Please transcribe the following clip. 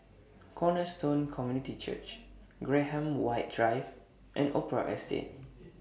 Cornerstone Community Church Graham White Drive and Opera Estate